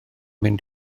mynd